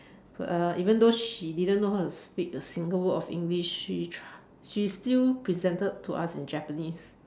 uh even though she didn't know how to speak a single word of English she try she still presented to us in Japanese